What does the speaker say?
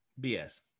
bs